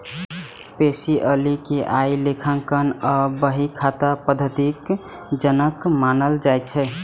Pacioli कें आइ लेखांकन आ बही खाता पद्धतिक जनक मानल जाइ छै